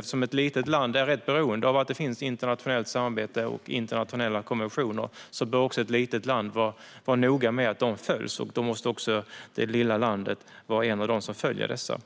Eftersom ett litet land är rätt beroende av internationellt samarbete och internationella konventioner bör ett litet land också vara noga med att de följs. Då måste det lilla landet också vara en av dem som följer dem.